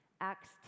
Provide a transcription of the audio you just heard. Acts